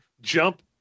jump